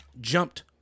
jumped